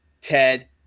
ted